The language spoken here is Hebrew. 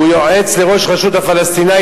הוא יועץ לראש רשות הפלסטינית,